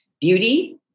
beauty